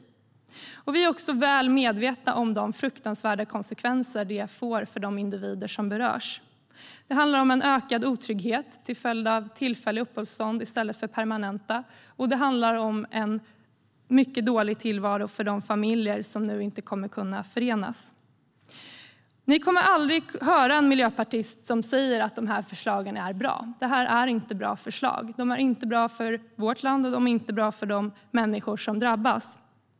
Vi är också väl medvetna om de fruktansvärda konsekvenser beslutet får för de individer som berörs. Det handlar om en ökad otrygghet till följd av tillfälliga uppehållstillstånd i stället för permanenta, och det handlar om en mycket dålig tillvaro för de familjer som nu inte kommer att förenas. Ni kommer aldrig att höra en miljöpartist säga att förslagen är bra. De är inte bra förslag för vårt land, och de är inte bra för de människor som drabbas.